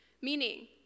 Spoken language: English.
Meaning